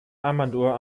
armbanduhr